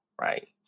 right